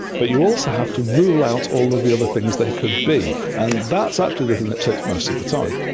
but you also have to rule out all of the other things they could be, and that's actually the thing that takes most of the time.